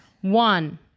one